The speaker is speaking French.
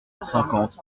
cinquante